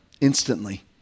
instantly